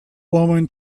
woman